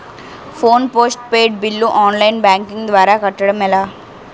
Phone postpaid bill online banking ద్వారా కట్టడం ఎలా?